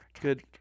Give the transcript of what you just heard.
Good